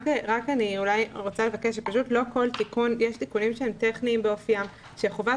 אני רוצה לבקש - יש תיקונים שהם טכניים באופיים - שחובת